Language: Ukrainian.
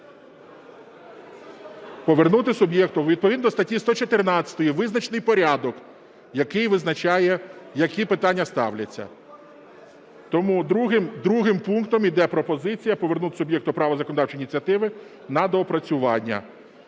Повернути суб'єкту, відповідно статті 114 визначений порядок, який визначає які питання ставляться. Тому другим пунктом іде пропозиція повернути суб'єкту права законодавчої ініціативи на доопрацювання.